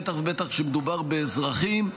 בטח ובטח כשמדובר באזרחים,